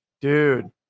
dude